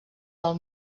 del